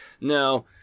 No